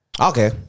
Okay